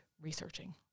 researching